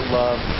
love